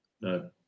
no